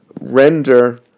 render